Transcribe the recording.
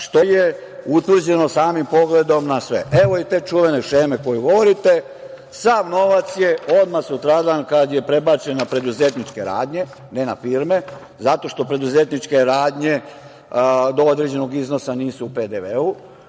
što je utvrđeno samim pogledom na sve. Evo i te čuvene šeme o kojoj govorite. Sav novac je odmah sutradan prebačen na preduzetničke radnje, ne na firme, zato što preduzetničke radnje do određenog iznosa nisu u PDV-u,